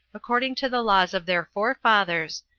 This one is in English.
according to the laws of their forefathers,